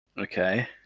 Okay